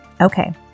Okay